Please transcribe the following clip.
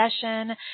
session